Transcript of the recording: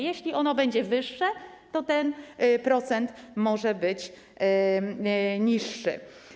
Jeśli ono będzie wyższe, to ten procent może być niższy.